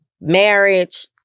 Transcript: marriage